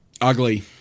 ugly